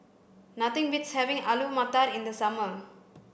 nothing beats having Alu Matar in the summer